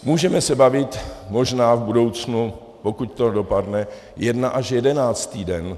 Můžeme se bavit možná v budoucnu, pokud to dopadne, jedna až jedenáctý den.